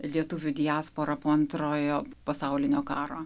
lietuvių diaspora po antrojo pasaulinio karo